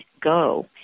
go